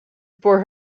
for